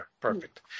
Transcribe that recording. Perfect